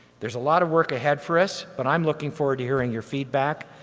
there's a lot of work ahead for us, but i'm looking forward to hearing your feedback,